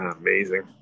amazing